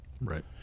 right